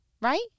Right